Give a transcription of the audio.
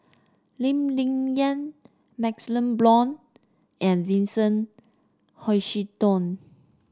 Lee Ling Yen MaxLe Blond and Vincent Hoisington